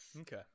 Okay